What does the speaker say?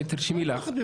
תרשמי לך,